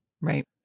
Right